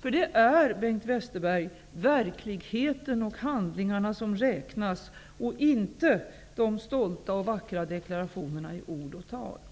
För det är, Bengt Westerberg, verkligheten och handlingarna som räknas, inte de stolta och vackra deklarationerna i tal och skrift.